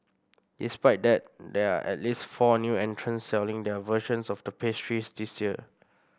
despite that there are at least four new entrants selling their versions of the pastries this year